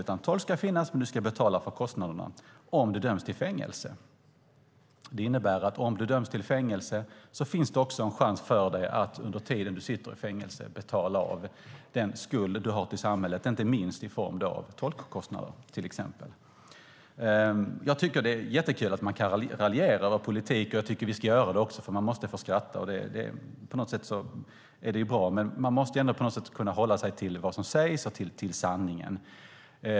Det ska finnas tolk, men man ska betala kostnaderna om man döms till fängelse. Det innebär att om man döms till fängelse finns det en chans att under tiden man sitter i fängelse betala av den skuld man har till samhället, inte minst i form av tolkkostnader. Jag tycker att det är jättekul att man kan raljera över politik, och jag tycker att vi ska göra det också, för man måste få skratta. Det är bra, men man måste kunna hålla sig till vad som sägs och till sanningen.